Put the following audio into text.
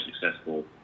successful